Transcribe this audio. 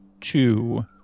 two